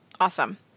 Awesome